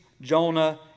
Jonah